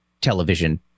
television